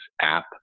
app